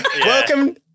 Welcome